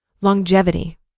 Longevity